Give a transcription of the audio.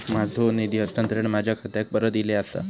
माझो निधी हस्तांतरण माझ्या खात्याक परत इले आसा